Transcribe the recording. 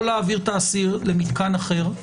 או להעביר את האסיר למתקן אחר,